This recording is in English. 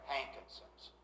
Hankinson's